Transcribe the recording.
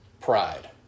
Pride